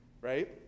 right